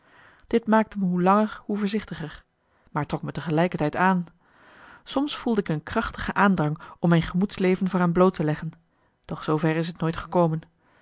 dit maakte me hoe langer hoe voorzichtiger maar trok me te gelijkertijd aan soms voelde ik een krachtige aandrang om mijn gemoedsleven voor hem bloot te leggen doch zoo ver is t nooit gekomen